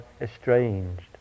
estranged